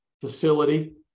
facility